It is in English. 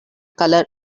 color